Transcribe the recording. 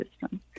system